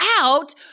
out